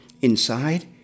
Inside